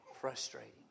frustrating